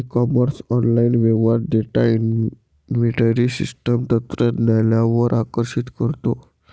E commerce online व्यवहार data inventory system तंत्रज्ञानावर आकर्षित करतो